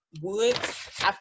Woods